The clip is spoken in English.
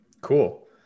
Cool